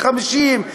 50,